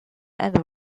and